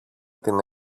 την